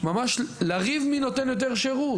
ממש לריב מי נותן יותר שירות.